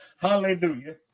hallelujah